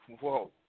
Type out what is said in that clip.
Whoa